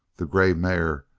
the grey mare,